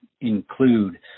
include